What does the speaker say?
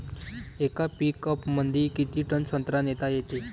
येका पिकअपमंदी किती टन संत्रा नेता येते?